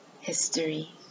history